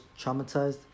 traumatized